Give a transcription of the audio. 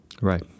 Right